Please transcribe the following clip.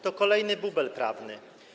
To kolejny bubel prawny.